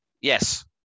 Yes